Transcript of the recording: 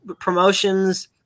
promotions